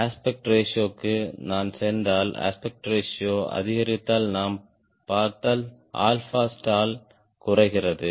aspect ரேஷியோக்கு நான் சென்றால் அஸ்பெக்ட் ரேஷியோ அதிகரித்தால் நாம் பார்த்தால் stall குறைகிறது